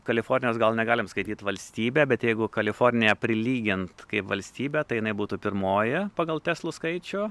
kalifornijos gal negalim skaityt valstybė bet jeigu kaliforniją prilygint kaip valstybę tai jinai būtų pirmoji pagal teslų skaičių